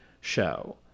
show